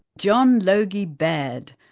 john logie baird,